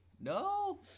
No